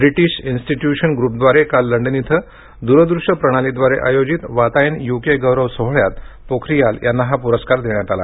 British institution ग्रुपद्वारे काल London इथं द्रदृश्य प्रणालीद्वारे आयोजित वातायन युके गौरव सोहळ्यात पोखरियाल यांना हा पुरस्कार देण्यात आला